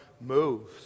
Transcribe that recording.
moves